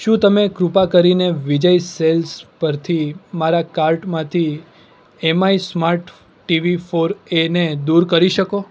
શું તમે કૃપા કરીને વિજય સેલ્સ પરથી મારા કાર્ટમાંથી M I smart TV four A ને દૂર કરી શકો